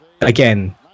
again